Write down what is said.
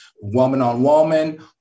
woman-on-woman